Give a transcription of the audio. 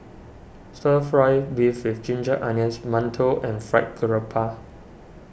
Stir Fry Beef with Ginger Onions Mantou and Fried Garoupa